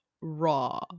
raw